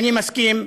אני מסכים,